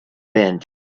bench